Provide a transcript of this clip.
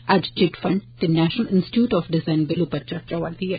अज्ज chit fund ते National Institute of Design bill उप्पर चर्चा होआ'रदी ऐ